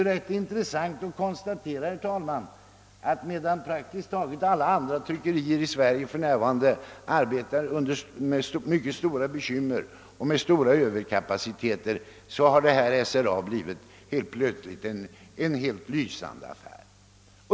Det är intressant att konstatera att medan nästan alla andra tryckerier i Sverige för närvarande kämpar med bekymmer och har stor överkapacitet, så har SRA blivit en lysande affär.